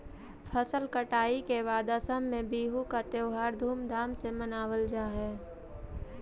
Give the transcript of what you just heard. फसल कटाई के बाद असम में बिहू का त्योहार धूमधाम से मनावल जा हई